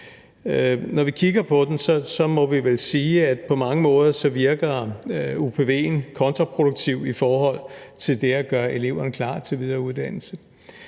Når vi kigger på upv'en, må vi vel sige, at den på mange måder virker kontraproduktivt i forhold til det at gøre eleverne klar til videre uddannelse.